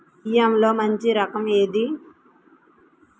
బియ్యంలో మంచి రకం ఏది?